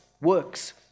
works